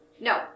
No